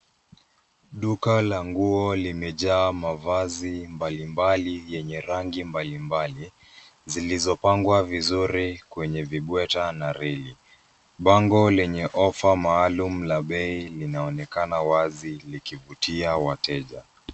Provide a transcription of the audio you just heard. Duka la nguo limejaa mavazi mbalimbali yenye rangi mbalimbali zilizopangwa vizuri kwenye vibweta na reli. Bango lenye ofa maalum la bei linaonekana wazi likivutia wateja.